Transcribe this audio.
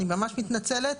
אני ממש מתנצלת.